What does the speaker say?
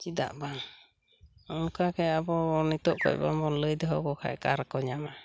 ᱪᱮᱫᱟᱜ ᱵᱟᱝ ᱚᱝᱠᱟᱜᱮ ᱟᱵᱚ ᱱᱤᱛᱚᱜ ᱠᱷᱚᱡ ᱵᱟᱵᱚᱱ ᱞᱟᱹᱭ ᱫᱚᱦᱚᱣᱟᱠᱚ ᱠᱷᱟᱡ ᱟᱠᱟᱨᱮᱠᱚ ᱧᱟᱢᱟ